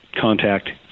contact